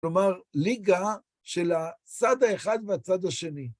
כלומר, ליגה של הצד האחד והצד השני.